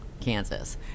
Kansas